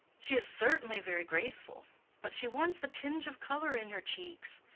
she is certainly very graceful but she wants a tinge of color in her cheeks.